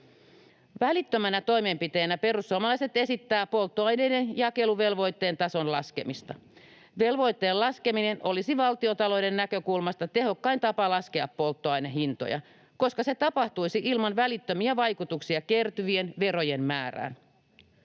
Välittömänä toimenpiteenä perussuomalaiset esittää polttoaineiden jakeluvelvoitteen tason laskemista. Velvoitteen laskeminen olisi valtiontalouden näkökulmasta tehokkain tapa laskea polttoainehintoja, koska se tapahtuisi ilman välittömiä vaikutuksia kertyvien verojen määrään.